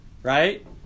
Right